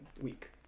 week